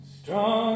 strong